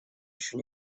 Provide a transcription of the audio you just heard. ещё